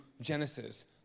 Genesis